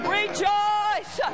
rejoice